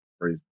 Crazy